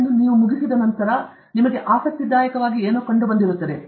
ಅನ್ನು ನೀವು ಮುಗಿಸಿದ ನಂತರ ನಿಮಗೆ ಆಸಕ್ತಿದಾಯಕ ಏನೋ ಕಂಡುಬಂದಿದೆ